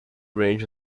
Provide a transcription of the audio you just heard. range